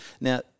Now